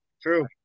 true